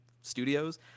studios